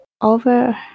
over